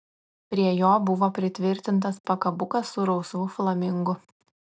prie jo buvo pritvirtintas pakabukas su rausvu flamingu